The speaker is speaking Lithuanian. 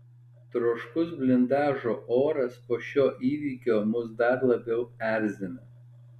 troškus blindažo oras po šio įvykio mus dar labiau erzina